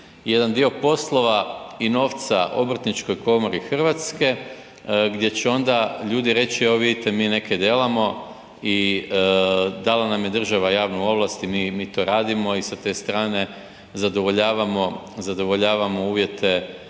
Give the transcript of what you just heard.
jedan dio poslova i novca obrtničkoj komori Hrvatske gdje će onda ljudi reći evo vidite mi nekaj delamo i dala nam je država javnu ovlast i mi to radimo i sa te strane zadovoljavamo uvjete